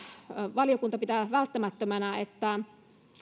valiokunta pitää välttämättömänä että